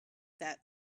that